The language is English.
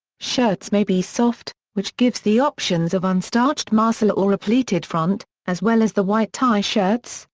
shirts may be soft, which gives the options of unstarched marcella or a pleated front, as well as the white tie shirts,